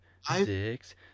six